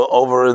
over